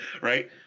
Right